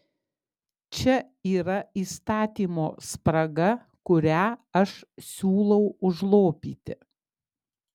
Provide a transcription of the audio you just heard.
čia yra įstatymo spraga kurią aš siūlau užlopyti